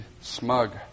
smug